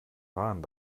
warnen